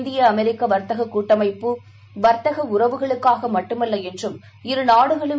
இந்திய அமெரிக்கவர்த்தகூட்டமைப்பு வர்த்தகஉறவுகளுக்காகமட்டுமல்ல இரு நாடுகளும்